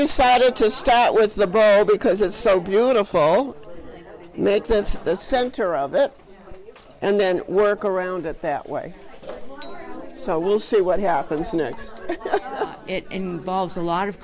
decided to start with the bag because it's so beautiful makes of the center of it and then work around it that way so we'll see what happens next but it involves a lot of